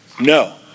No